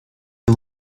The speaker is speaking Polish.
nie